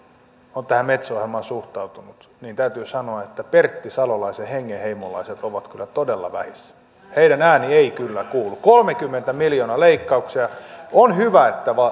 on tähän metso ohjelmaan suhtautunut niin täytyy sanoa että pertti salolaisen hengenheimolaiset ovat kyllä todella vähissä heidän äänensä ei kyllä kuulu kolmekymmentä miljoonaa leikkauksia on hyvä että